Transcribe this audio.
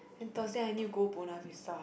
then Thursday I need to go Buona Vista